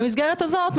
במסגרת הזאת,